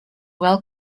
well